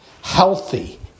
healthy